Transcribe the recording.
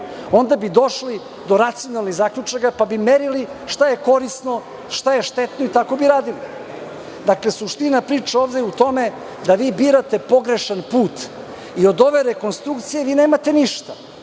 onda bi došli do racionalnih zaključaka kad bi merili šta je korisno, šta je štetno i tako bi radili. Dakle, suština priče ovde je u tome da vi birate pogrešan put i od ove rekonstrukcije vi nemate ništa.